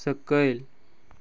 सकयल